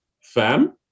Fam